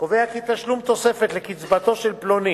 קובע כי לא תשולם תוספת לקצבתו של פלוני,